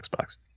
Xbox